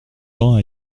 tend